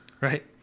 right